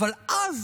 אבל אז